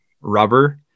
rubber